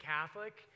Catholic